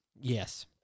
Yes